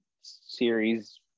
series